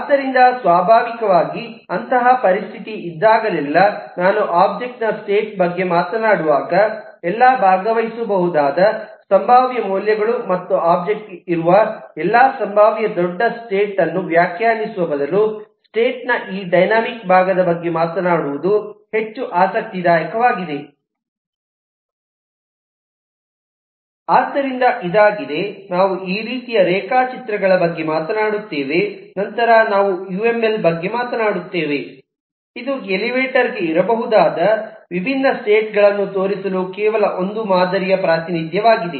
ಆದ್ದರಿಂದ ಸ್ವಾಭಾವಿಕವಾಗಿ ಅಂತಹ ಪರಿಸ್ಥಿತಿ ಇದ್ದಾಗಲೆಲ್ಲಾ ನಾನು ಒಬ್ಜೆಕ್ಟ್ ನ ಸ್ಟೇಟ್ ಬಗ್ಗೆ ಮಾತನಾಡುವಾಗ ಎಲ್ಲಾ ಭಾಗವಹಿಸಬಹುದಾದ ಸಂಭಾವ್ಯ ಮೌಲ್ಯಗಳು ಮತ್ತು ಒಬ್ಜೆಕ್ಟ್ ಗೆ ಇರುವ ಎಲ್ಲಾ ಸಂಭಾವ್ಯ ದೊಡ್ಡ ಸ್ಟೇಟ್ ಸ್ಪೇಸ್ ಅನ್ನು ವ್ಯಾಖ್ಯಾನಿಸುವ ಬದಲು ಸ್ಟೇಟ್ ನ ಈ ಡೈನಾಮಿಕ್ ಭಾಗದ ಬಗ್ಗೆ ಮಾತನಾಡುವುದು ಹೆಚ್ಚು ಆಸಕ್ತಿದಾಯಕವಾಗಿದೆ ಆದ್ದರಿಂದ ಇದಾಗಿದೆ ನಾವು ಈ ರೀತಿಯ ರೇಖಾಚಿತ್ರಗಳ ಬಗ್ಗೆ ಮಾತನಾಡುತ್ತೇವೆ ನಂತರ ನಾವು ಯು ಎಂ ಎಲ್ ಬಗ್ಗೆ ಮಾತನಾಡುತ್ತೇವೆ ಇದು ಎಲಿವೇಟರ್ ಗೆ ಇರಬಹುದಾದ ವಿಭಿನ್ನ ಸ್ಟೇಟ್ ಗಳನ್ನು ತೋರಿಸಲು ಕೇವಲ ಒಂದು ಮಾದರಿಯ ಪ್ರಾತಿನಿಧ್ಯವಾಗಿದೆ